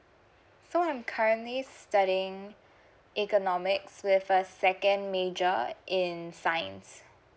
so I'm currently studying economics so the first second major uh in science